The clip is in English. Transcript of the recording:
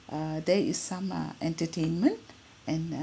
uh there is some uh entertainment and